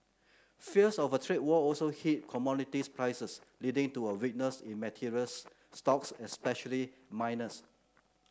fears of a trade war also hit commodities prices leading to a weakness in materials stocks especially miners